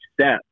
step